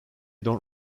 don’t